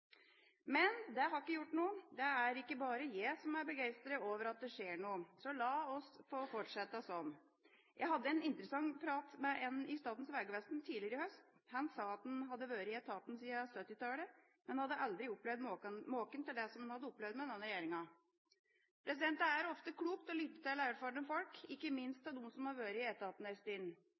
Men det har ikke gjort noe. Det er ikke bare jeg som er begeistret over at det skjer noe. La oss få fortsette sånn. Jeg hadde en interessant samtale med en person i Statens vegvesen tidligere i høst. Han sa han hadde vært i etaten siden 1970-tallet, men hadde aldri opplevd maken til det han hadde opplevd med denne regjeringa. Det er ofte klokt å lytte til erfarne folk – ikke minst til dem som har vært i etaten